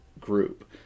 group